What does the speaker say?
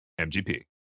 MGP